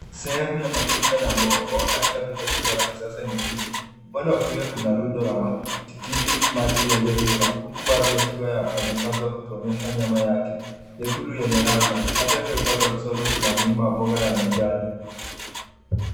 Sehemu ya matunda na mboga. Mboga katika duka kubwa la kisasa nchini. Upande wa kulia kuna rundo la matikitimaji yaliyoiva huku baadhi yakiwa yamekatwa kuonyesha nyama yake nyekundu yenye ladha. Kando yake upande wa kushoto kuna mlima wa mboga ya majani.